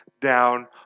down